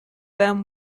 them